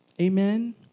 amen